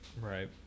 right